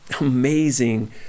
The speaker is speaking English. Amazing